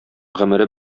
гомере